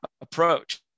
approach